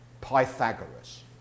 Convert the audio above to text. Pythagoras